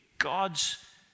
God's